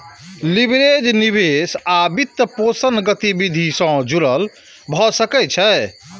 leverage निवेश आ वित्तपोषण गतिविधि सं जुड़ल भए सकै छै